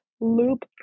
loop